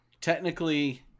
technically